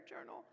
journal